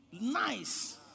nice